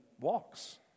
walks